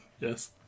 Yes